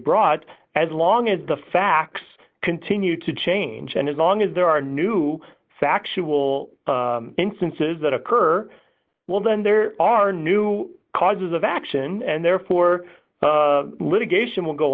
brought as long as the facts continue to change and as long as there are new factual instances that occur well then there are new causes of action and therefore litigation will go